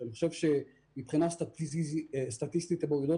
שאני חושב שמבחינה סטטיסטית מורידות